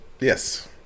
Yes